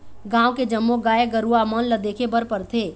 गाँव के जम्मो गाय गरूवा मन ल देखे बर परथे